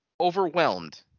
overwhelmed